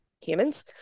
humans